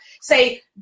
say